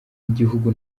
igihugu